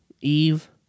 Eve